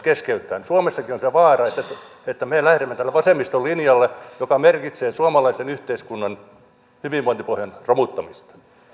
suomessakin on se vaara että me lähdemme tälle vasemmiston linjalle joka merkitse suomalaisen yhteiskunnan hyvinvointipohjan romuttamista